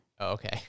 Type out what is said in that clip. Okay